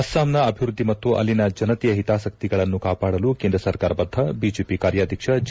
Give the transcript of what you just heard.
ಅಸ್ಸಾಂನ ಅಭಿವೃದ್ದಿ ಮತ್ತು ಅಲ್ಲಿನ ಜನತೆಯ ಹಿತಾಸಕ್ತಿಗಳನ್ನು ಕಾಪಾಡಲು ಕೇಂದ್ರ ಸರ್ಕಾರ ಬದ್ದ ಬಿಜೆಪಿ ಕಾರ್ಯಾಧ್ವಕ್ಷ ಜೆ